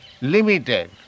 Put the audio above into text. limited